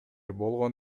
болгон